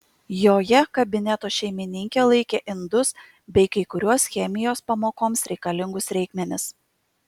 joje kabineto šeimininkė laikė indus bei kai kuriuos chemijos pamokoms reikalingus reikmenis